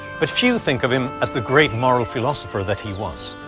but few think of him as the great moral philosopher that he was.